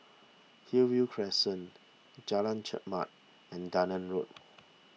Hillview Crescent Jalan Chermat and Dunearn Road